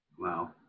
Wow